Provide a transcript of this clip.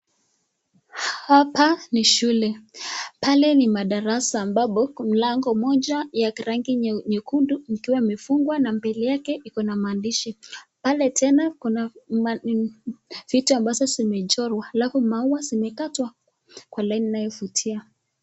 Shuleni na kuna madarasa ambapo mlango moja ya rangi nyekundu ikiwa imefungwa na mbele yake iko na maandishi na vitu ambazo zimechorwa alafu maaua zimekatwa kwa laini inayovutia.